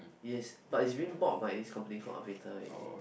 yes but it's being bought by this company called Avita already